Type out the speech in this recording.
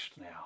now